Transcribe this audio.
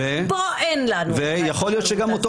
פה אין לנו --- ויכול להיות שגם אותו